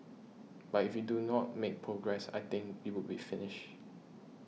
but if you do not make progress I think we would be finished